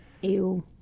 Ew